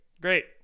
Great